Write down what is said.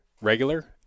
regular